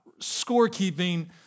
scorekeeping